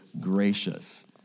gracious